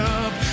up